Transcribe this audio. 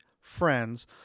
friends